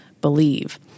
believe